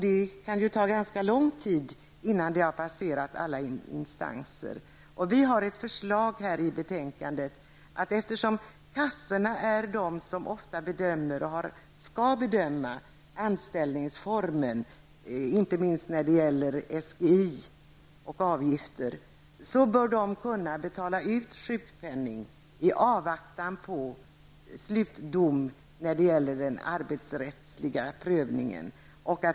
Det kan ta lång tid innan ärendet har passerat alla instanser. Det finns ett förslag i betänkandet. Eftersom det är kassorna som ofta bedömer, och skall bedöma, anställningsformen, inte minst när det gäller SGI och avgifter, bör kassorna kunna betala ut sjukpenning i avvaktan på slutdom när det gäller den arbetsrättsliga prövningen.